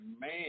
man